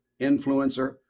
influencer